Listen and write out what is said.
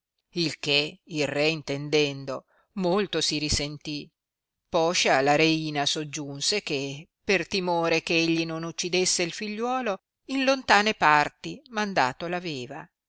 il che il re intendendo molto si risentì poscia la reina soggiunse che per timore eh egli non uccidesse il figliuolo in lontane parti mandato aveva